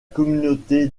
communauté